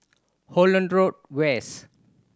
Holland Road West